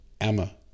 Emma